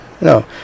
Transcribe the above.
No